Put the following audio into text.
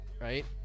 right